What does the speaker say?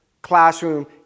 Classroom